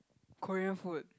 Korean food